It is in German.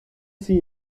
sie